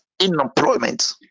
unemployment